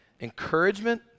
Encouragement